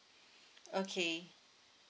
okay